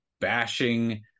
bashing